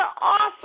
awesome